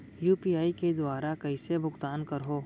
UPI के दुवारा कइसे भुगतान करहों?